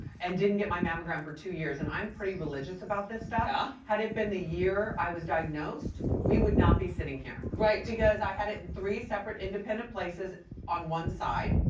and didn't get my mammogram for two years, and i'm pretty religious about this stuff. but had it been the year i was diagnosed, we would not be sitting here. right. because i had it in three separate, independent places on one side,